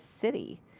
city